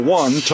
one